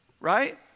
right